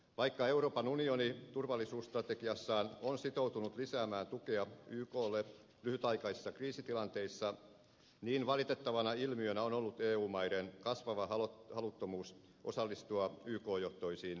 vaikka euroopan unioni turvallisuusstrategiassaan on sitoutunut lisäämään tukea yklle lyhytaikaisissa kriisitilanteissa niin valitettavana ilmiönä on ollut eu maiden kasvava haluttomuus osallistua yk johtoisiin kriisinhallintaoperaatioihin